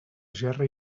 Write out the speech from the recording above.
gerra